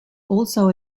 also